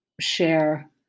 share